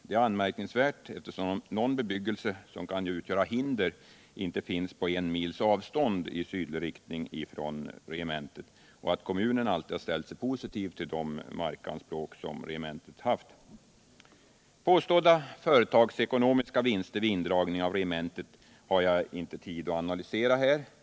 Det är anmärkningsvärt eftersom någon bebyggelse som kan utgöra hinder ej finns på en mils avstånd i sydlig riktning och eftersom kommunen alltid ställt sig positiv till regementets markbehov. Påstådda företagsekonomiska vinster vid indragning av regementet har jagtyvärrejtid att analysera.